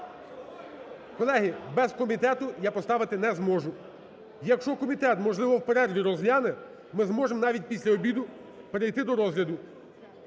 Колеги, без комітету я поставити не зможу. Якщо комітет, можливо, в перерві розгляне, ми зможем навіть після обіду перейти до розгляду.